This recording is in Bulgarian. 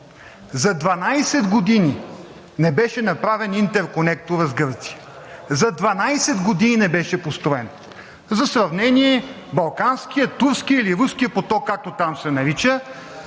за 12 години не беше направен интерконекторът с Гърция, за 12 години не беше построен! За сравнение Балканският, Турският или Руският поток, както там се нарича,